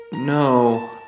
no